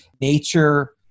nature